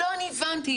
הבנתי.